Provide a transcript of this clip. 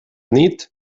nit